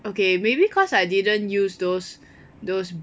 okay maybe cause I didn't use those those